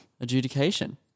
adjudication